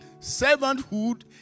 Servanthood